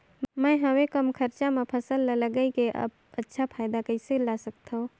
मैं हवे कम खरचा मा फसल ला लगई के अच्छा फायदा कइसे ला सकथव?